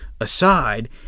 aside